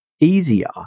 easier